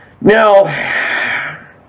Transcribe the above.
Now